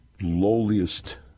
lowliest